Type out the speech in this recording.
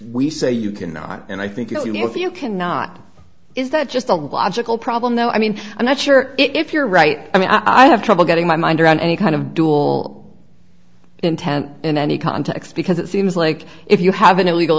we say you cannot and i think you can if you can not is that just a logical problem though i mean i'm not sure if you're right i mean i have trouble getting my mind around any kind of dual intent in any context because it seems like if you have an illegal